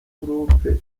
groupes